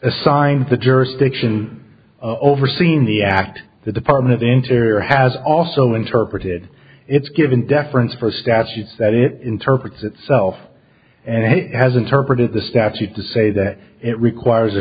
assigned the jurisdiction over seen the act the department of interior has also interpreted it's given deference for statutes that it interprets itself and has interpreted the statute to say that it requires a